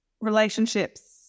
relationships